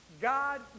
God